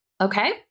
Okay